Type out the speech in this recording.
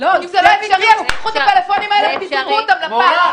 אם זה לא אפשרי אז תיקחו את הפלאפונים האלה ותזרקו אותם לפח.